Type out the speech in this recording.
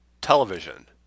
television